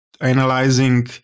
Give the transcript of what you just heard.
analyzing